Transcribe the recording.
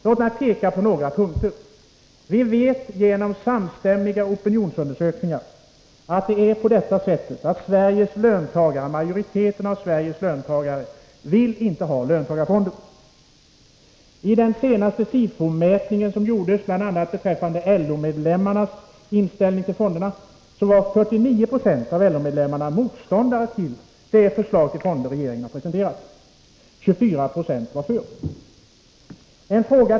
Låt mig peka på några punkter. Vi vet genom samstämmiga opinionsun Om beskattningen dersökningar att majoriteten av Sveriges löntagare inte vill ha löntagarfon = qy prästers förmån der. I den senaste SIFO-mätningen som gjordes beträffande bl.a. LO = av tjänstebostad medlemmarnas inställning till fonderna var 49 26 av LO-medlemmarna motståndare till det förslag till fonder som regeringen har presenterat. 24 Io var för.